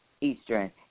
Eastern